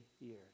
years